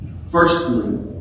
Firstly